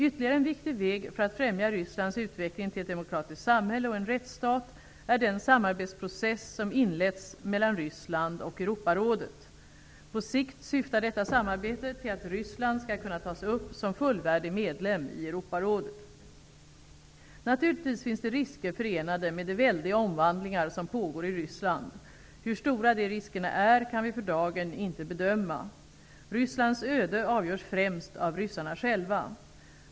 Ytterligare en viktig väg för att främja Rysslands utveckling till ett demokratiskt samhälle och en rättsstat är den samarbetsprocess som inletts mellan Ryssland och Europarådet. På sikt syftar detta samarbete till att Ryssland skall kunna tas upp som fullvärdig medlem i Europarådet. Naturligtvis finns det risker förenade med de väldiga omvandlingar som pågår i Ryssland. Hur stora de riskerna är kan vi för dagen inte bedöma. Rysslands öde avgörs främst av ryssarna själva.